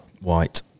White